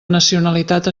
nacionalitat